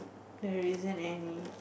there isn't any